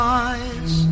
eyes